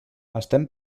estem